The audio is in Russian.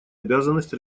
обязанность